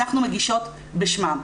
אנחנו מגישות בשמן.